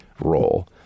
role